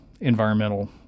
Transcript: environmental